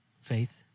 faith